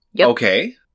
Okay